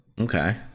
Okay